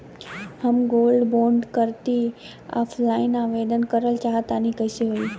हम gold bond करंति offline आवेदन करल चाह तनि कइसे होई?